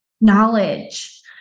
knowledge